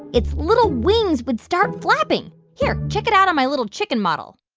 its little wings would start flapping. here. check it out on my little chicken model